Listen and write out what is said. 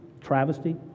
travesty